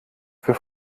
für